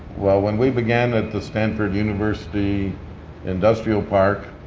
well, when we began at the stanford university industrial park,